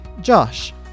Josh